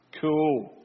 Cool